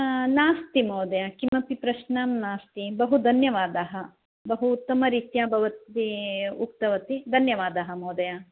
नास्ति महोदय किमपि प्रश्नः नास्ति बहु धन्यवादाः बहु उत्तमरीत्या भवती उक्तवती धन्यवादाः महोदय